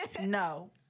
No